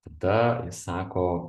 tada jis sako